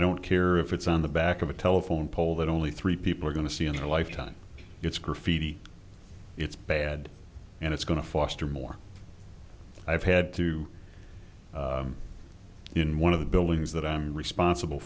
don't care if it's on the back of a telephone poll that only three people are going to see in your lifetime it's graffiti it's bad and it's going to foster more i've had to in one of the buildings that i'm responsible